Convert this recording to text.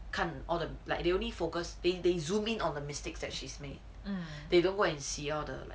看 all the like they only focus they they zoom in on the mistakes that she's made they go and and see all the like